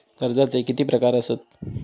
कर्जाचे किती प्रकार असात?